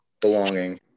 belonging